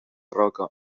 roca